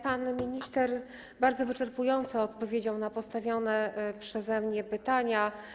Pan minister bardzo wyczerpująco odpowiedział na postawione przeze mnie pytania.